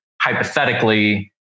hypothetically